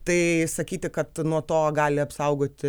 tai sakyti kad nuo to gali apsaugoti